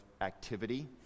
activity